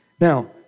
Now